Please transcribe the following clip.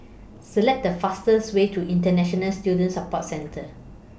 Select The fastest Way to International Student Support Centre